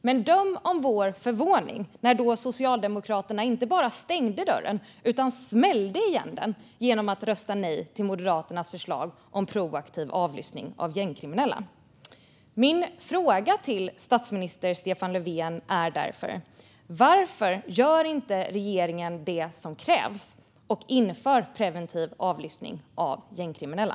Så döm om vår förvåning när Socialdemokraterna då inte bara stängde utan smällde igen dörren genom att rösta nej till Moderaternas förslag om proaktiv avlyssning av gängkriminella. Min fråga till statsminister Stefan Löfven är därför: Varför gör inte regeringen det som krävs och inför preventiv avlyssning av gängkriminella?